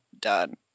done